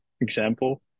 example